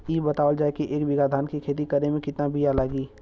इ बतावल जाए के एक बिघा धान के खेती करेमे कितना बिया लागि?